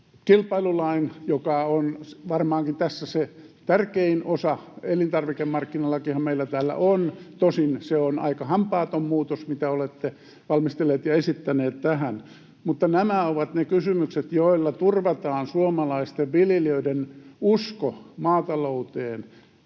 kilpailulain, joka on varmaankin tässä se tärkein osa? Elintarvikemarkkinalakihan meillä täällä on. Tosin se on aika hampaaton muutos, mitä olette valmistelleet ja esittäneet tähän. Nämä ovat ne kysymykset, joilla turvataan suomalaisten viljelijöiden usko maatalouteen